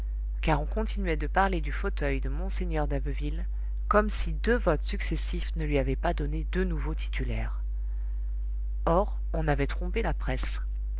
car on continuait de parler du fauteuil de mgr d'abbeville comme si deux votes successifs ne lui avaient pas donné deux nouveaux titulaires or on avait trompé la presse